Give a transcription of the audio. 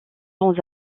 sans